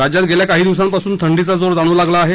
राज्यात गेल्या काही दिवसांपासून थंडीचा जोर जाणवू लागला आहे